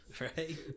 Right